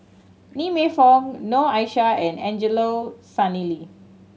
Lee Man Fong Noor Aishah and Angelo Sanelli